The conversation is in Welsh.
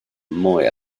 mwy